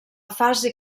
fase